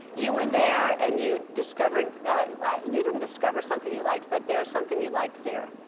you were there. and you discovered you didn't discover something you liked. but there was something you liked there.